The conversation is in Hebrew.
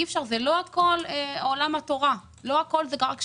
זה לא הכול עולם התורה, לא הכול הוא רק שם.